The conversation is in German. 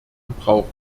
gebrauch